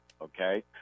okay